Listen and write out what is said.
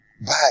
bye